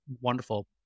wonderful